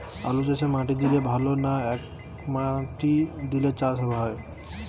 আলুচাষে মাটি দিলে ভালো না একমাটি দিয়ে চাষ ভালো?